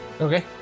Okay